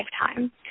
lifetime